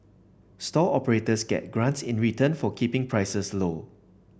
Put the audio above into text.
stall operators get grants in return for keeping prices low